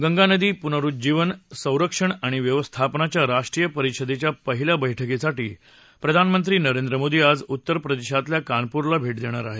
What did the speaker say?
गंगा नदी पुनरुज्जीवन संरक्षण आणि व्यवस्थापनाच्या राष्ट्रीय परिषदेच्या पहिल्या बैठकीसाठी प्रधानमंत्री नरेंद्र मोदी आज उत्तरप्रदेशातल्या कानपूरला भेट देणार आहेत